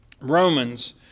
Romans